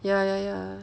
ya ya ya